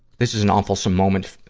this is an awfulsome moment, ah,